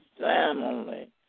family